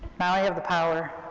now i have the power.